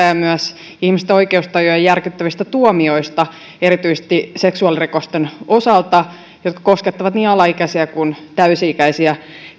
ja myös ihmisten oikeustajua järkyttävistä tuomioista erityisesti seksuaalirikosten osalta jotka koskettavat niin alaikäisiä kuin täysi ikäisiä